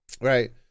right